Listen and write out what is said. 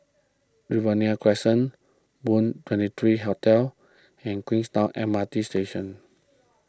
Riverina Crescent Moon twenty three Hotel and Queenstown M R T Station